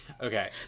Okay